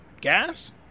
Gas